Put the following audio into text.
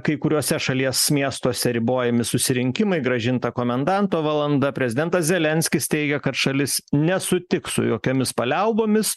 kai kuriuose šalies miestuose ribojami susirinkimai grąžinta komendanto valanda prezidentas zelenskis teigia kad šalis nesutiks su jokiomis paliaubomis